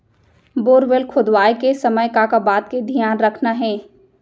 Borewell खोदवाए के समय का का बात के धियान रखना हे?